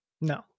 No